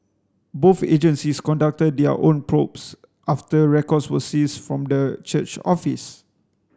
both agencies conducted their own probes after records were seized from the church office